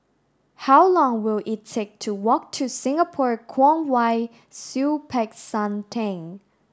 how long will it take to walk to Singapore Kwong Wai Siew Peck San Theng